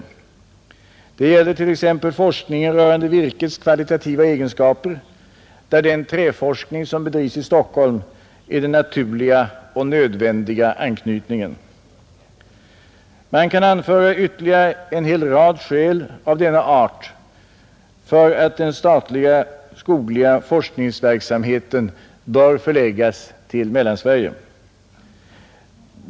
Det gäller t.ex. forskningen rörande virkets kvalitativa egenskaper, där den träforskning som bedrivs i Stockholm är den naturliga och nödvändiga anknytningen, Man kan anföra ytterligare en hel rad skäl av denna art för att den statliga skogliga forskningsverksamheten bör förläggas till Mellansverige.